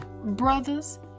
brothers